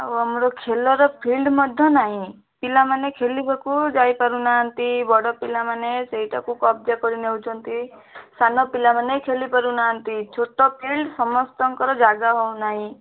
ଆଉ ଆମର ଖେଲର ଫିଳ୍ଡ ମଧ୍ୟ ନାହିଁ ପିଲାମାନେ ଖେଲିବାକୁ ଯାଇପାରୁନାହାନ୍ତି ବଡ଼ ପିଲାମାନେ ସେଇଟାକୁ କବ୍ଜା କରିନେଉଛନ୍ତି ସାନ ପିଲାମାନେ ଖେଲି ପାରୁନାହାନ୍ତି ଛୋଟ ଫିଳ୍ଡ ସମସ୍ତଙ୍କର ଜାଗା ହେଉନାହିଁ